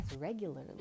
regularly